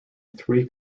three